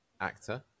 actor